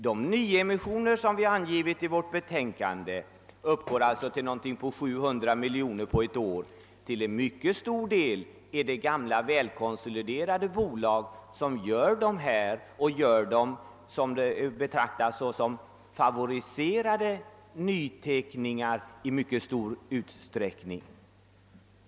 De nyemissioner som vi angivit i vårt betänkande uppgår alltså till omkring 700 miljoner kronor på ett år. Till mycket stor del är det gamla välkonsoliderade bolag som gör dessa nyemissioner, vilka betraktas som favoriserade nyteckningar i mycket stor utsträckning.